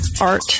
art